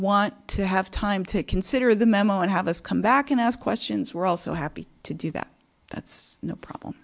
want to have time to consider the memo and have us come back and ask questions we're also happy to do that that's no problem